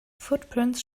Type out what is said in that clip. footprints